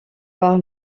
par